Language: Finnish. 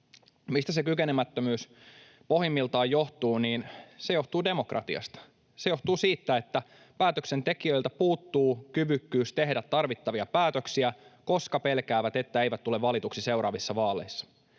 Mistä se kykenemättömyys pohjimmiltaan johtuu? Se johtuu demokratiasta. Se johtuu siitä, että päätöksentekijöiltä puuttuu kyvykkyys tehdä tarvittavia päätöksiä, koska pelkäävät, että eivät tule valituksi seuraavissa vaaleissa.